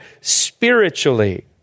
spiritually